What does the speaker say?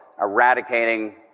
eradicating